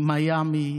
עם מיאמי,